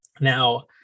Now